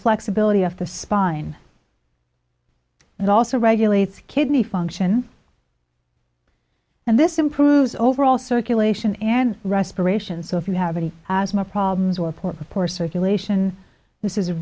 flexibility of the spine and also regulates kidney function and this improves overall circulation and respiration so if you have any asthma problems with port reports circulation this is